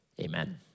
amen